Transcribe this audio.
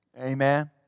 Amen